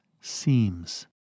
seems